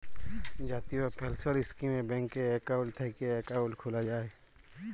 জাতীয় পেলসল ইস্কিমে ব্যাংকে একাউল্ট থ্যাইকলে একাউল্ট খ্যুলা যায়